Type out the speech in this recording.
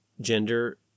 gender